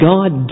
God